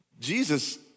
Jesus